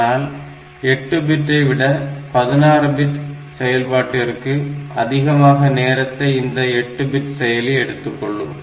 ஆனால் 8 பிட்டை விட 16 பிட் செயல்பாட்டிற்கு அதிகமாக நேரத்தை இந்த 8 பிட் செயலி எடுத்துக்கொள்ளும்